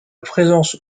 présence